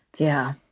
yeah.